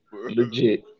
legit